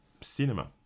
cinema